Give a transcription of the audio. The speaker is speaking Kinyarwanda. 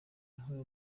yahaye